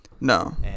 No